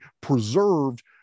preserved